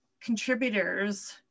contributors